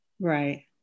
Right